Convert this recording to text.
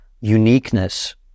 uniqueness